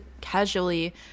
casually